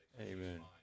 Amen